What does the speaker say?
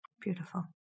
Beautiful